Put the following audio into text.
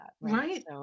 Right